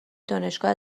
دانشگاه